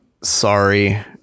sorry